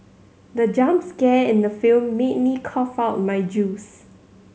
the jump scare in the film made me cough out my juice